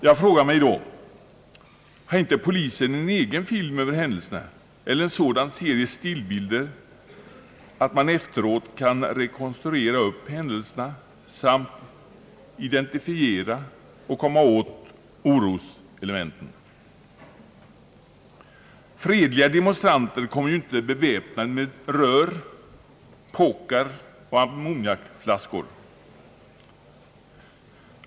Jag frå gade mig då: Har inte polisen en egen film över händelserna eller en sådan serie stillbilder att man efteråt kan rekonstruera händelserna samt identifiera och komma åt oroselementen? Fredliga demonstranter kommer ju inte beväpnade med rör, påkar och ammoniakflaskor.